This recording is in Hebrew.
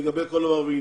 לגבי כל דבר ועניין,